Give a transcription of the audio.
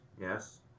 Yes